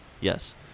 yes